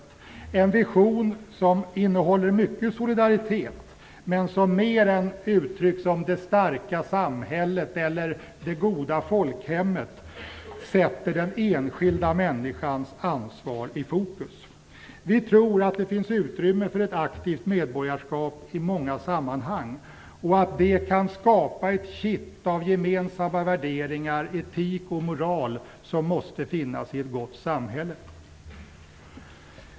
Det är en vision som innehåller mycket solidaritet, men som mer än uttrycken "det starka samhället" eller "det goda folkhemmet" sätter den enskilda människans ansvar i fokus. Vi tror att det finns utrymme för ett aktivt medborgarskap i många sammanhang och att det kan skapa ett kitt av gemensamma värderingar, etik och moral, som måste finnas i ett gott samhälle.